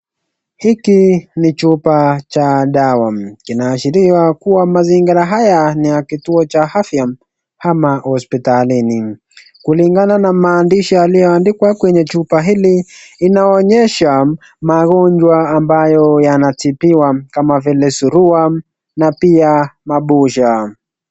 Hiki ni chupa cha dawa. Kinaashiria kuwa mazingira haya ni ya kituo cha afya ama hospitalini. Kulingana na maandishi yaliyoandikwa kwenye chupa hili, inaonyesha magonjwa ambayo yanatibiwa kama vile surua na pia mabusha.